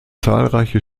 zahlreiche